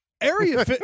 Area